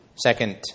Second